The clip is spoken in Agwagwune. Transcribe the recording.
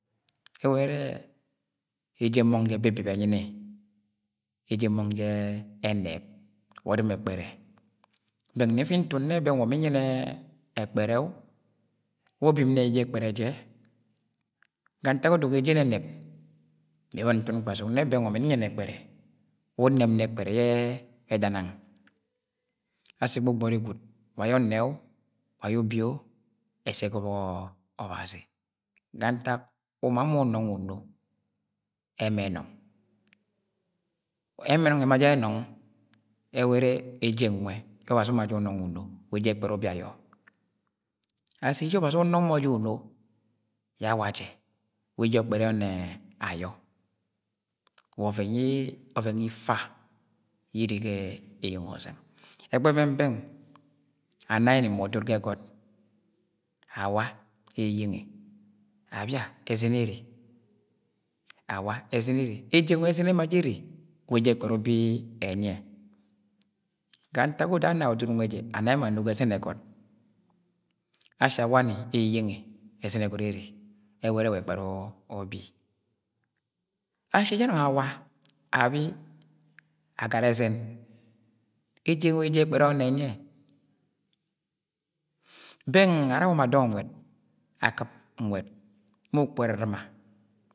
Ẹwẹ ere eje ẹmong jẹ ẹbibip enyi ni, eje ẹmọng jẹ ẹnẹp wa ọdɨm ẹkpẹrẹ, bẹng nni nfi ntun nnẹ wa bi nyẹnẹ ẹkpẹrẹ-o, ubib ni ege ekpere je-o gayẹodo eje ẹnẹnep mí nboní ntum kpasuk nne wa ọmẹn nyẹn ẹkpẹrẹ wu unẹp ni ẹkpẹrẹ yẹ eganang asi gbọgbọri gwud wa yẹ ọnnẹ-o, wa yẹ ubi-o ẹsse ga obok obazi, ga ntak uma mọ unọng uno ẹmẹ enọng ẹnung ẹma jẹ ẹnọng ẹwẹ ẹrẹ eje nwẹ yẹ obazi uma jẹ uno yẹ awa jẹ wa eje ẹkpẹrẹ onnẹ ayọ wa ọvẹn yr ọvẹn nwẹ ifa ye ere ga eyeng ọzẹng egbe beng-beng amai ní ma udut ga ẹgọt awa eyeyenge abia ẹzẹn ere eje nwẹ ẹzẹn ema je ere wa eje ẹkpẹrẹ ubi ubi ẹnyiẹ ga ntak odo anai udut nwe anai mọ ano ga ẹzẹn ẹgọt ashi awa ni eyeyenge ẹzẹn ẹgọt ere ẹwẹ ere wa ẹkpẹrẹ ubi ashi eje anung awa abi agara ẹzẹn eje nwẹ wa eje ẹkpẹrẹ ọnnẹ ẹnyi yẹ, beng ara awa ma dong nwẹd akɨp nwẹd mu ukpuga erɨrɨma.